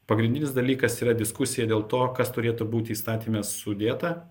pagrindinis dalykas yra diskusija dėl to kas turėtų būti įstatyme sudėta